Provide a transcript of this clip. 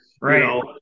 Right